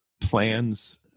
plans